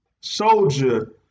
soldier